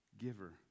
giver